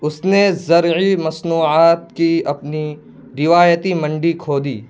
اس نے زرعی مصنوعات کی اپنی روایتی منڈی کھو دی